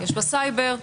יש בסייבר,